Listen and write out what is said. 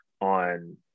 on